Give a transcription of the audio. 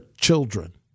children